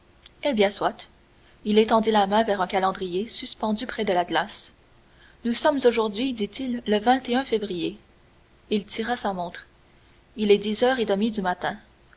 eh bien soit il étendit la main vers un calendrier suspendu près de la glace nous sommes aujourd'hui dit-il le février il tira sa montre il est dix heures et demie du matin